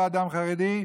לא אדם חרדי,